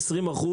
20%,